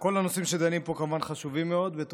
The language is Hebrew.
כל הנושאים שדנים עליהם פה חשובים מאוד, כמובן.